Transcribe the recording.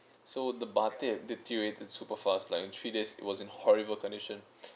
so the bar tape has deteriorated super fast like in three days it was in horrible condition